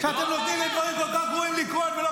אתם נותנים לדברים כל כך גרועים לקרות ולא